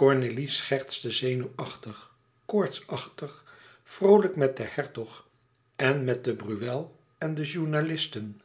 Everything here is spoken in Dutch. cornélie schertste zenuwachtig koortsachtig vroolijk met den hertog en met de breuil en de journalisten